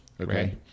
Okay